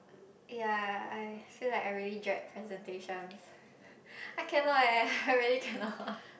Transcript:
ya I feel like I really dread presentations I cannot eh I really cannot